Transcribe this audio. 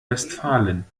westfalen